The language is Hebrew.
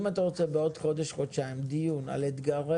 אם אתה רוצה בעוד חודש חודשיים דיון על אתגרי